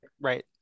Right